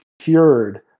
cured